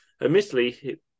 Admittedly